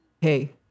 Hey